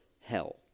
hell